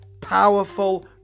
powerful